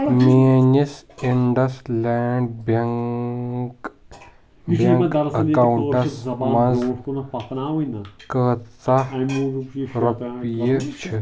میٲنِس IndusInd bank bank accounts منٛز کۭژاہ رۄپیہِ چھِ؟